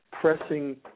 pressing